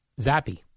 Zappy